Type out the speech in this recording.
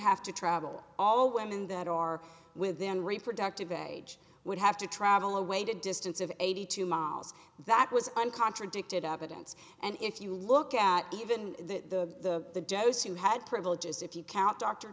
have to travel all women that are within reproductive age would have to travel away to a distance of eighty two miles that was on contradicted evidence and if you look at even the joes who had privileges if you count dr